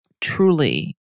truly